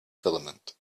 filament